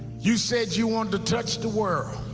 you said you wanted to touch the world,